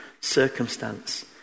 circumstance